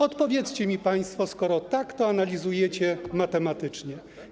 Odpowiedzcie mi państwo, skoro tak to analizujecie matematycznie.